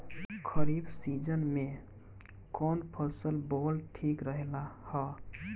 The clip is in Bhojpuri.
खरीफ़ सीजन में कौन फसल बोअल ठिक रहेला ह?